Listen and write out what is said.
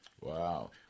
Wow